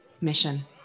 mission